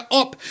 up